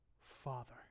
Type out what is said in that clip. Father